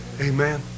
Amen